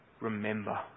remember